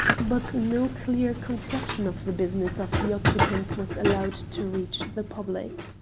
but no clear conception of the business of the occupants was allowed to reach the public.